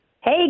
Hey